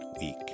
week